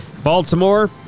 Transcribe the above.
Baltimore